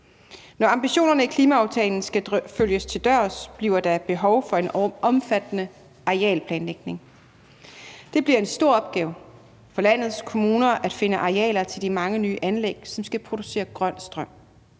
Når ambitionerne i klimaaftalen skal følges til dørs, bliver der et behov for en omfattende arealplanlægning. Det bliver en stor opgave for landets kommuner at finde arealer til de mange nye anlæg, som skal producere grøn strøm.